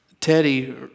Teddy